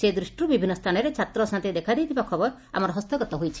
ସେ ଦୃଷ୍ଟିରୁ ବିଭିନ୍ନ ସ୍ଚାନରେ ଛାତ୍ର ଅଶାନ୍ତି ଦେଖାଦେଇଥିବା ଖବର ଆମର ହସ୍ତଗତ ହୋଇଛି